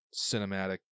cinematic